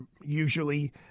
usually